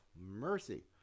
mercy